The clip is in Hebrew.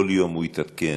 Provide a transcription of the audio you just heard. כל יום הוא התעדכן